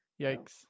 Yikes